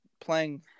playing